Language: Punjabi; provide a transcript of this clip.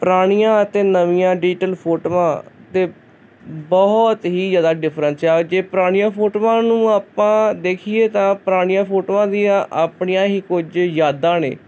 ਪੁਰਾਣੀਆਂ ਅਤੇ ਨਵੀਆਂ ਡਿਜੀਟਲ ਫੋਟੋਆਂ ਅਤੇ ਬਹੁਤ ਹੀ ਜ਼ਿਆਦਾ ਡਿਫਰੈਂਟ ਆ ਜੇ ਪੁਰਾਣੀਆਂ ਫੋਟੋਆਂ ਨੂੰ ਆਪਾਂ ਦੇਖੀਏ ਤਾਂ ਪੁਰਾਣੀਆਂ ਫੋਟੋਆਂ ਦੀਆਂ ਆਪਣੀਆਂ ਹੀ ਕੁਝ ਯਾਦਾਂ ਨੇ